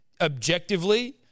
objectively